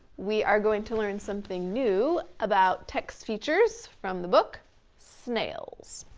we are going to learn something new, about text features from the book snails.